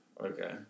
Okay